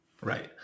Right